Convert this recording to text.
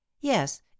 Yes